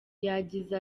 yagize